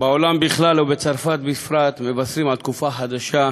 בעולם בכלל ובצרפת בפרט מבשרים על תקופה חדשה,